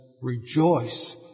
rejoice